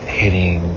hitting